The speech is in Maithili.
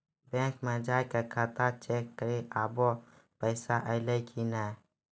बैंक मे जाय के खाता चेक करी आभो पैसा अयलौं कि नै